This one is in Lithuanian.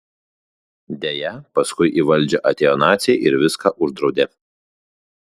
deja paskui į valdžią atėjo naciai ir viską uždraudė